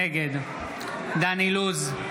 נגד דן אילוז,